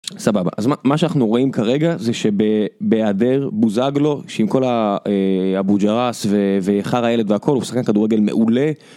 סבבה אז מה שאנחנו רואים כרגע זה שבהעדר בוזגלו שעם כל הבוג'רס וחרא הילד והכל הוא שחקן כדורגל מעולה.